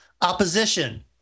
opposition